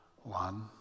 one